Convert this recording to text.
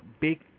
big